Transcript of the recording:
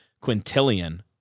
Quintilian